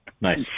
Nice